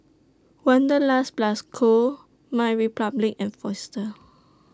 Wanderlust Plus Co MyRepublic and Fossil